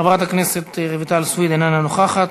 חברת הכנסת רויטל סויד, איננה נוכחת.